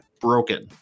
broken